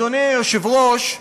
אדוני היושב-ראש,